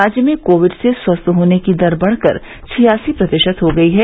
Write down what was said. राज्य में कोविड से स्वस्थ होने की दर बढ़कर छियासी प्रतिशत हो गयी है